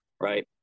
right